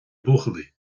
buachaillí